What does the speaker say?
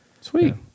Sweet